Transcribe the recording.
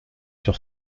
sur